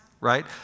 right